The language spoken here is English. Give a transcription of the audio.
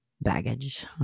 baggage